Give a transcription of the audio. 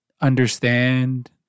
understand